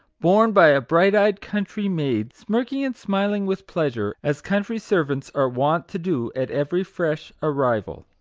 borne by a bright-eyed country maid, smirking and smiling with pleasure, as country servants are wont to do at every fresh arrival.